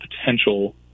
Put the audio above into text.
potential